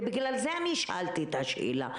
ובגלל זה אני שאלתי את השאלה,